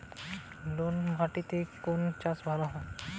নোনা মাটিতে কোন চাষ ভালো হয়?